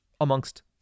Amongst